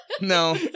No